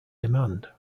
demand